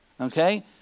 Okay